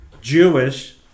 jewish